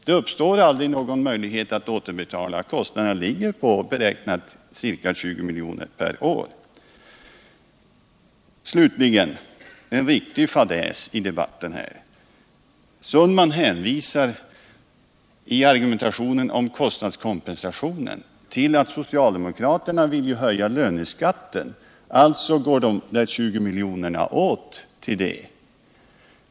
Det uppstår aldrig någon möjlighet att återbetala lånet. Den beräknade kostnaden ligger på 20 miljoner per år. Slutligen en riktig fadäs i debatten: Per Olof Sundman hänvisar i argumentationen om kostnadskompensationen till att socialdemokraterna ju vill höja arbetsgivaravgiften — alltså går de 20 miljonerna åt till det!